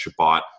Shabbat